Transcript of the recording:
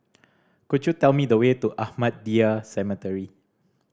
could you tell me the way to Ahmadiyya Cemetery